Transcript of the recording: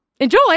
Enjoy